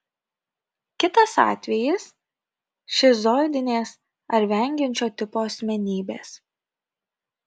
kitas atvejis šizoidinės ar vengiančio tipo asmenybės